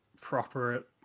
proper